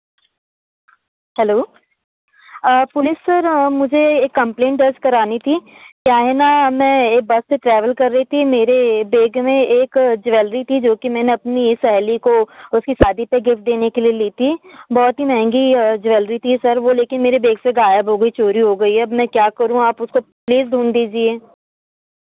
hello police sir मुझे एक complaint दर्ज करानी थी क्या है न मैं एक बस से ट्रेवल कर रही थी मेरे बेग में एक ज्वेलरी थी जो मैंने अपनी सहेली को उसकी शादी पर गिफ्ट देने के लिए ली थी बहुत ही महँगी ज्वैलरी थी सर वह लेकिन मेरे बेग से गायब हो गई चोरी हो गई है अब मैं क्या करूँ आप उसको प्लीज ढूँढ दीजिए